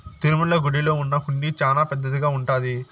తిరుమల గుడిలో ఉన్న హుండీ చానా పెద్దదిగా ఉంటాది